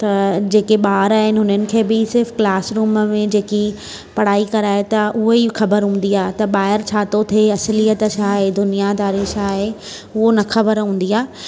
त जेके ॿार आहिनि उन्हनि खे बि सिर्फ़ु क्लासरूम में जेकी पढ़ाई करायो था उहा ई ख़बर हूंदी आहे त ॿाहिरि छा थो थिए असुलियत छा आहे दुनियादारी छा आहे उहो न ख़बर हूंदी आहे